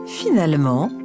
finalement